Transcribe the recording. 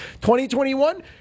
2021